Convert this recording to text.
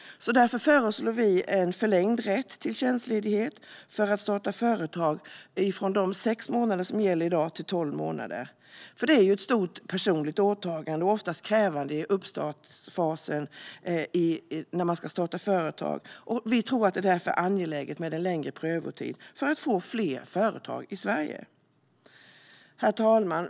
Därför föreslår vi en förlängd rätt till tjänstledighet för att starta företag, från de sex månader som gäller i dag till tolv månader. Det är ett stort personligt åtagande att starta företag och ofta krävande i uppstartsfasen, och därför tror vi att det är angeläget med en längre prövotid, för att få fler företag i Sverige. Herr talman!